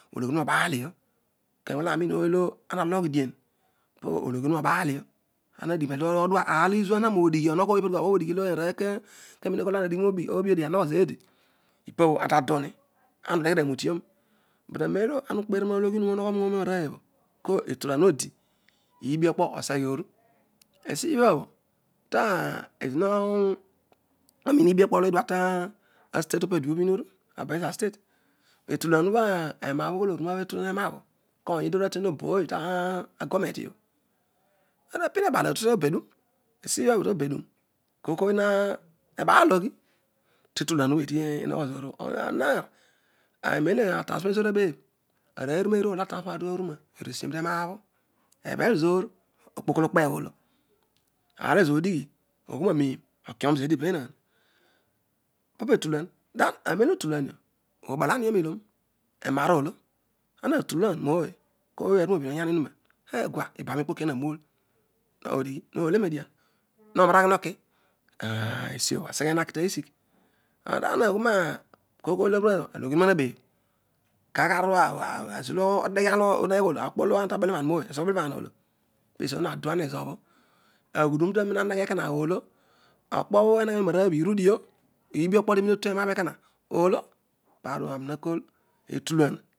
Ologhi ohuna obaadio. kenem kanem. anaanii ooy olo ana loyu dien po ologhi ohune obaal dio. kaar kaar oro izuen nolo ana tadighi ehogho ooy opo dikuabho ana odighidio ipabho anta duri ana odeghedi aroiition but anenolo ana iikpera ologhi oruna iinogho ko etula odi iibiokpo obeghe oru, esibhabho iibrokpo redua to state opo dikua obho ta baselsa state etular obho aena bho ughul uruna etula enabho kony eedi aru aten obooy ta gometi obho hatii abui obaal atutobedum esibiabhe tobedum esi biabhe tobeduro kooy kooy na baal ologhi te bu etula obho eedi inogho zezaar obho. ebhel zezaal okpokiolo ukpe olo opopedular. anen etulq oloubalan nio nilan. enara ilo ona tulan ooy natunabhe oyani onunu eeh gua. ioan ikpoki ane nuiil. nodenrdie na naraghi hoki esibho na se ghe haki taghisigh. ara agheral no ologhronuna. nabebh. kaar kaar. okpolo anatebelenan ooy kooy ologhenuna habio okpolo etua tabele nan ooy ezo obelenar olo. aghudum taroia heghe ekona olo. okpo eroa obho rudio. iibi okpolo terome tutenabha ekona irudio marobho aninakool etula